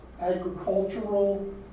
agricultural